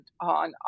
on